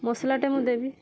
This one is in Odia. ମସଲାଟେ ମୁଁ ଦେବି